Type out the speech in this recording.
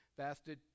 fasted